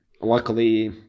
luckily